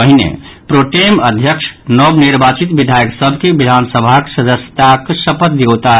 पहिने प्रॉटेम अध्यक्ष नव निर्वाचित विधायक सभ के विधानसभाक सदस्यताक शपथ दियौताह